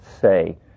say